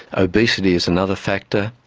obesity is another factor,